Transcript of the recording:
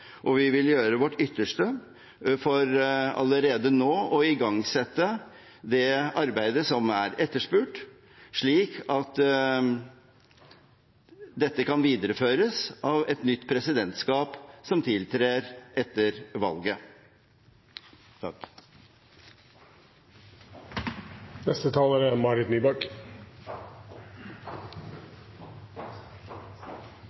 og vi vil gjøre vårt ytterste for allerede nå å igangsette det arbeidet som er etterspurt, slik at dette kan videreføres av et nytt presidentskap, som tiltrer etter valget.